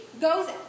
goes